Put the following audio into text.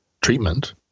treatment